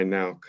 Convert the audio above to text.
now